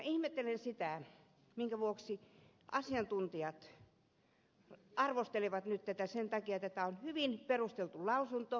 ihmettelen sitä minkä vuoksi asiantuntijat arvostelevat tätä nyt vaikka tämä on hyvin perusteltu lausunto